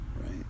Right